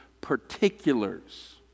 particulars